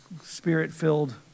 spirit-filled